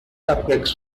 cupcakes